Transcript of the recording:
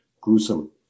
gruesome